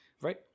Right